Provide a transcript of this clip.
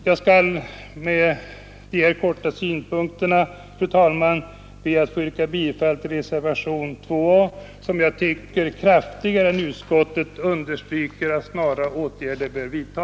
Jag skall med dessa kortfattade synpunkter, fru talman, be att få yrka — Nr 37 bifall till reservationen 2 a, som jag tycker kraftigare än utskottets skriv Torsdagen den